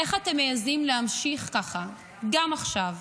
איך אתם מעיזים להמשיך ככה גם עכשיו?